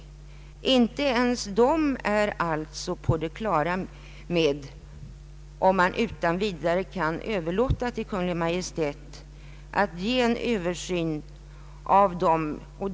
Inte ens dessa instanser är alltså säkra på att man utan vidare kan överlåta till Kungl. Maj:t att göra en översyn av denna fråga.